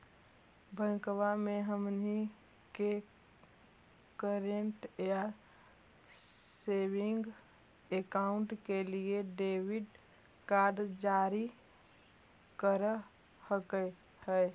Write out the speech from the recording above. बैंकवा मे हमनी के करेंट या सेविंग अकाउंट के लिए डेबिट कार्ड जारी कर हकै है?